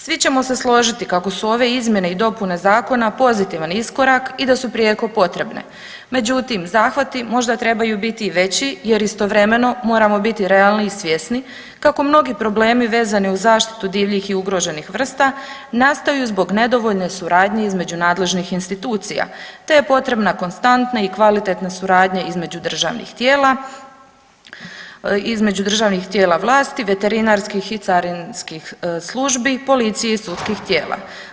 Svi ćemo se složiti kako su ove izmjene i dopune zakona pozitivan iskorak i da su prijeko potrebne, međutim zahvati možda trebaju biti veći jer istovremeno moramo biti realni i svjesni kako mnogi problemi vezani uz zaštitu divljih i ugroženih vrsta nastaju zbog nedovoljne suradnje između nadležnih institucija, te je potrebna konstantna i kvalitetna suradnja između državnih tijela vlasti, veterinarskih i carinskih službi, policije i sudskih tijela.